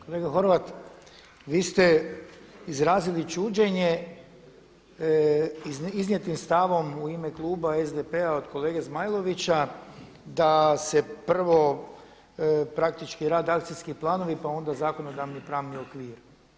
Kolega Horvat, vi ste izrazili čuđenje iznijetim stavom u ime kluba SDP-a od kolege Zmajlovića da se prvo praktički rade akcijski planovi, pa onda zakonodavni pravni okvir.